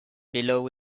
below